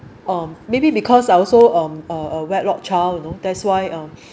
or maybe because I’m also um a a wedlock child you know that’s why um